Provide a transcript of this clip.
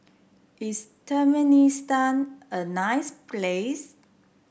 is Turkmenistan a nice place